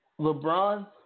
LeBron